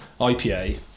IPA